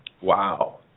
Wow